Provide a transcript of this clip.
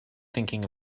thinking